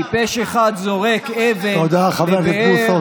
טיפש אחד זורק אבן לבאר, איך היד שלך לא רועדת.